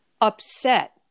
upset